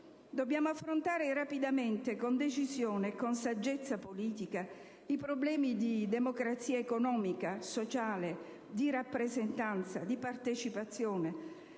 Dobbiamo affrontare rapidamente, con decisione e con saggezza politica, i problemi di democrazia economica, sociale, di rappresentanza, di partecipazione.